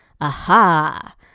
Aha